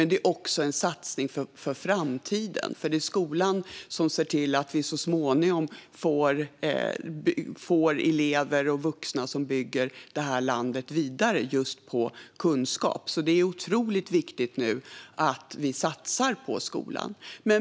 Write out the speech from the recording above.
Det är dock även en satsning för framtiden, för det är skolan som ser till att vi så småningom får elever och vuxna som bygger det här landet vidare på just kunskap. Det är alltså otroligt viktigt att vi nu satsar på skolan.